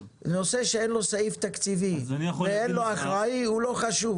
נושא שאין לו סעיף תקציבי ואין לו אחראי הוא לא חשוב.